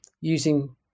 using